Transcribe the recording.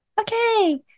Okay